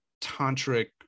tantric